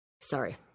Sorry